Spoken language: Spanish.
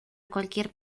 cualquier